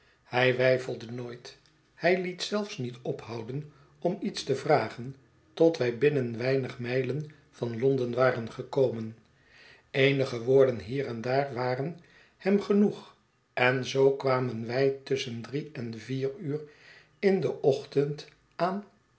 hij weifelde nooit hij liet zelfs niet ophouden om iets te vragen tot wij binnen weinig mijlen van londen waren gekomen eenige woorden hier en daar waren hem genoeg en zoo kwamen wij tusschen drie en vier uur in den ochtend aan